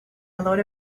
lot